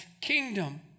kingdom